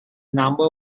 number